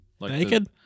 Naked